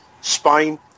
Spain